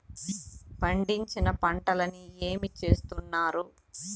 పండించిన పంటలని ఏమి చేస్తున్నారు?